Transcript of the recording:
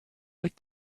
like